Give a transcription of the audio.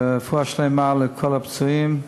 ורפואה שלמה לכל הפצועים.